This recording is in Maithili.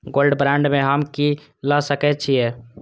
गोल्ड बांड में हम की ल सकै छियै?